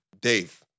Dave